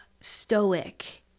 stoic